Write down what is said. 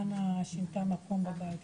לא ראינו